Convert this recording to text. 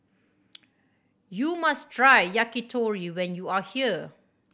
you must try Yakitori when you are here